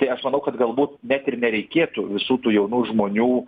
tai aš manau kad galbūt net ir nereikėtų visų tų jaunų žmonių